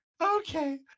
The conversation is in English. Okay